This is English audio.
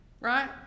right